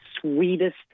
sweetest